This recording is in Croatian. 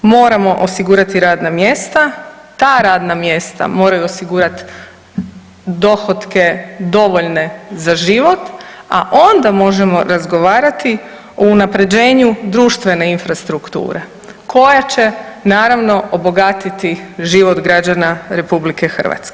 Moramo osigurati radna mjesta, ta radna mjesta moraju osigurat dohotke dovoljne za život, a onda možemo razgovarati o unaprjeđenju društvene infrastrukture koja će naravno obogatiti život građana RH.